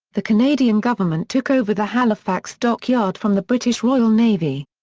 the canadian government took over the halifax dockyard from the british royal navy.